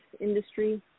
industry